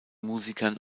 musikern